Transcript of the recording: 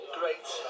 great